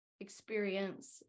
experience